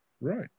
Right